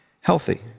healthy